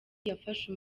yafashe